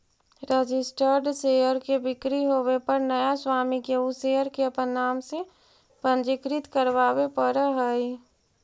registered share के बिक्री होवे पर नया स्वामी के उ शेयर के अपन नाम से पंजीकृत करवावे पड़ऽ हइ